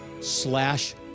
slash